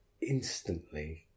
instantly